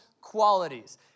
qualities